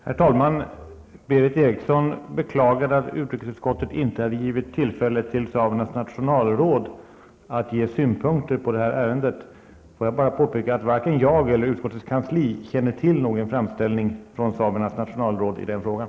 Herr talman! Berith Eriksson beklagade att utrikesutskottet inte hade givit tillfälle för samernas nationalråd att ge synpunkter på detta ärende. Får jag påpeka att varken jag eller utskottets kansli känner till någon framställning från samernas nationalråd i den frågan.